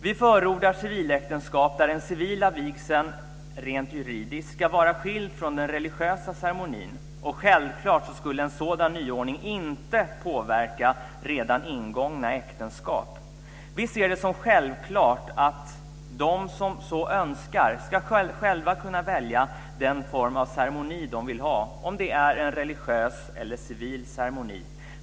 Vi förordar civiläktenskap där den civila vigseln rent juridiskt ska vara skild från den religiösa ceremonin. Självklart skulle en sådan nyordning inte påverka redan ingångna äktenskap. Vi ser det som självklart att de som så önskar själva ska kunna välja den form av ceremoni de vill ha, en religiös eller civil ceremoni.